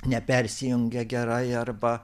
nepersijungia gerai arba